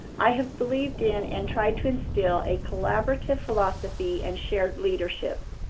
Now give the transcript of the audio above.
i have believed in and tried to instill a collaborative philosophy and shared leadership.